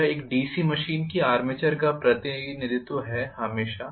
यह एक DC machine की आर्मेचर का प्रतिनिधित्व है हमेशा